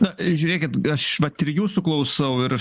na žiūrėkit aš vat ir jūsų klausau ir